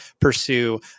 pursue